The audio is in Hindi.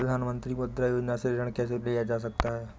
प्रधानमंत्री मुद्रा योजना से ऋण कैसे लिया जा सकता है?